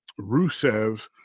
Rusev